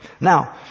Now